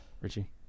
Richie